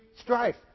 strife